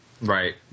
Right